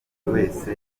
wese